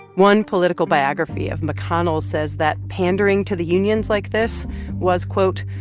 one political biography of mcconnell says that pandering to the unions like this was, quote,